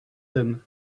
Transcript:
them